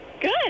Good